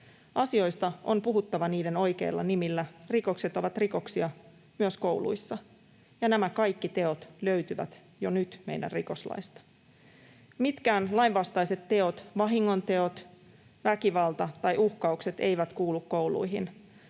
Asioista on puhuttava niiden omilla nimillä. Rikokset ovat rikoksia, myös kouluissa, ja nämä kaikki teot löytyvät jo nyt meidän rikoslaistamme. Mitkään lainvastaiset teot — vahingonteot, väkivalta tai uhkaukset — eivät kuulu kouluihin.